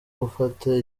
gufata